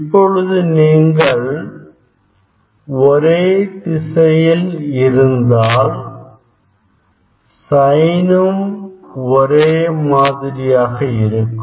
இப்பொழுது நீங்கள் ஒரே திசையில் இருந்தால் சயினும் ஒரே மாதிரியாக இருக்கும்